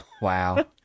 Wow